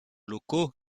locaux